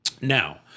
Now